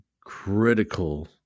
critical